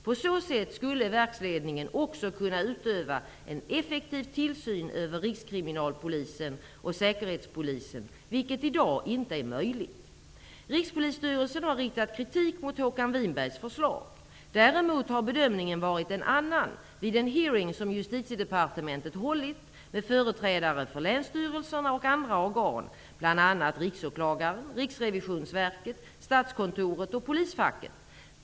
På så sätt skulle verksledningen också kunna utöva en effektiv tillsyn över Rikskriminalpolisen och Säkerhetspolisen, vilket i dag inte är möjligt. Rikspolisstyrelsen har riktat kritik mot Håkan Winbergs förslag. Däremot har bedömningen varit en annan vid en hearing som Justitiedepartementet hållit med företrädare för länsstyrelserna och andra organ, bl.a. Riksåklagaren, Riksrevisionsverket, Statskontoret och polisfacket.